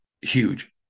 huge